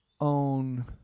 own